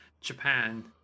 Japan